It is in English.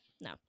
No